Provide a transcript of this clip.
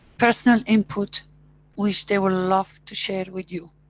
personal input which they will love to share with you.